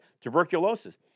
tuberculosis